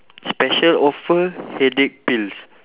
special offer headache pills